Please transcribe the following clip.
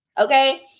Okay